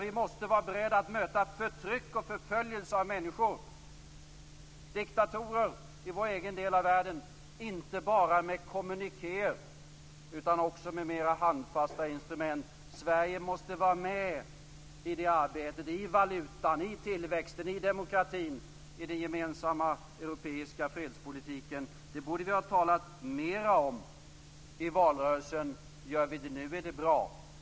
Vi måste vara beredda att möta förtryck och förföljelse av människor, att möta diktatorer i vår egen del av världen inte bara med kommunikéer utan också med mera handfasta instrument. Sverige måste vara med i det arbetet - i arbetet med valutan, med tillväxten, med demokratin i den gemensamma europeiska fredspolitiken. Det borde vi ha talat mera om i valrörelsen. Gör vi det nu är det bra.